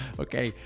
okay